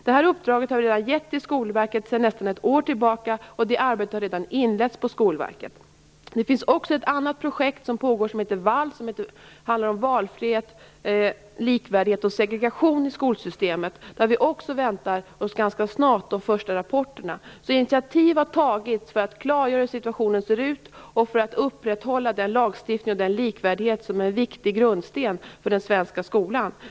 Det här uppdraget fick Skolverket för nästan ett år sedan, och arbetet där har inletts. Det pågår också ett annat projekt som kallas VALS, som handlar om valfrihet, likvärdighet och segregation i skolsystemet. Där väntar vi oss ganska snart de första rapporterna. Initiativ har alltså tagits för att klargöra hur situationen ser ut och för att upprätthålla den lagstiftning och den likvärdighet som är en viktig grundsten för den svenska skolan.